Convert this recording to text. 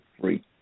free